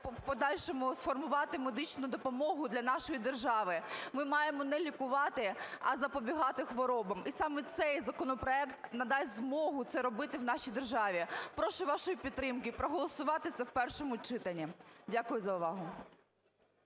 подальшому сформувати медичну допомогу для нашої держави. Ми маємо не лікувати, а запобігати хворобам, і саме цей законопроект надасть змогу це робити в нашій державі. Прошу вашої підтримки і проголосувати це в першому читанні. Дякую за увагу.